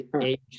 age